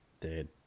Dude